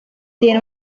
tiene